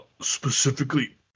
specifically